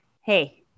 Hey